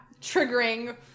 triggering